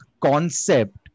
concept